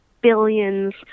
billions